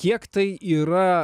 kiek tai yra